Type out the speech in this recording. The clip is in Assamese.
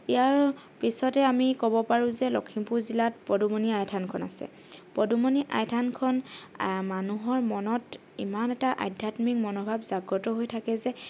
ইয়াৰ পিছতে আমি ক'ব পাৰোঁ যে লখিমপুৰ জিলাত পদুমণি আই থানখন আছে পদুমণি আই থানখন মানুহৰ মনত ইমান এটা আধ্যাত্মিক মনোভাৱ জাগ্ৰত হৈ থাকে যে